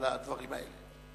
על הדברים האלה.